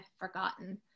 forgotten